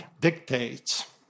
dictates